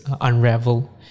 unravel